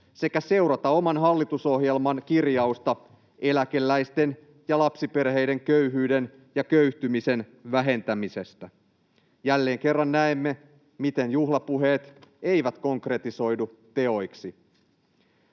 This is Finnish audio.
sekä seurata oman hallitusohjelmansa kirjausta eläkeläisten ja lapsiperheiden köyhyyden ja köyhtymisen vähentämisestä. Jälleen kerran näemme, miten juhlapuheet eivät konkretisoidu teoiksi.